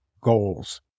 goals